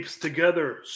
together